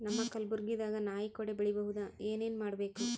ನಮ್ಮ ಕಲಬುರ್ಗಿ ದಾಗ ನಾಯಿ ಕೊಡೆ ಬೆಳಿ ಬಹುದಾ, ಏನ ಏನ್ ಮಾಡಬೇಕು?